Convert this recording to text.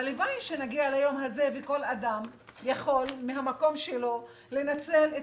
הלוואי שנגיע ליום הזה וכל אדם יוכל מהמקום שלו לנצל את